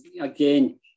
again